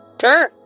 Sure